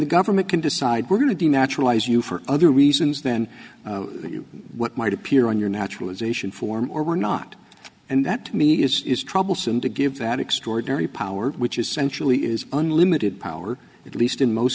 the government can decide we're going to be naturalized you for other reasons then what might appear on your naturalization form or not and that to me is troublesome to give that extraordinary power which essentially is unlimited power at least in most